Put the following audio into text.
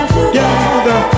together